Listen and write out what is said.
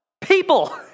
People